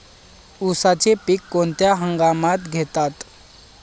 उसाचे पीक कोणत्या हंगामात घेतात?